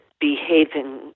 behaving